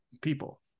people